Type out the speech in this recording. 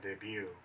debut